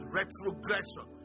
retrogression